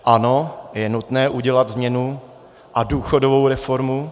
Ano, je nutné udělat změnu a důchodovou reformu.